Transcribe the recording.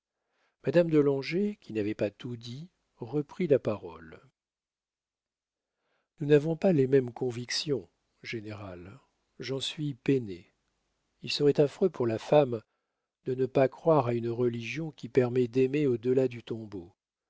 madame de langeais qui n'avait pas tout dit reprit la parole nous n'avons pas les mêmes convictions général j'en suis peinée il serait affreux pour la femme de ne pas croire à une religion qui permet d'aimer au delà du tombeau